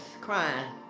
crying